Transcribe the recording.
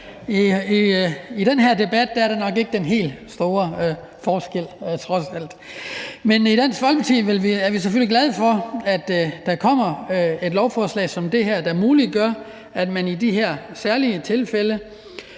I den her debat er der nok ikke den helt store forskel mellem os trods alt. I Dansk Folkeparti er vi selvfølgelig glade for, at der kommer et lovforslag som det her, der muliggør, at man i de her særlige tilfælde